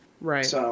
Right